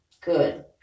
Good